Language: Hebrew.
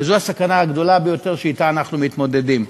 וזו הסכנה הגדולה ביותר שאתה אנחנו מתמודדים.